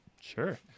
Sure